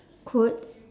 could